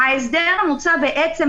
יש צעדים שמונעים הדבקה,